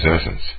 essence